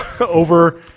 Over